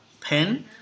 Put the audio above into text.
Pen